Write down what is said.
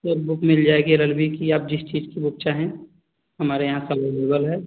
सब बुक मिल जाएगी एल एल बी की आप जिस चीज की बुक चाहें हमारे यहाँ सब अवलेबल है